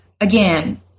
again